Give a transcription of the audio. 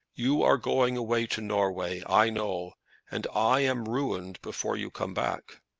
you are going away to norway i know and i am ruined before you come back.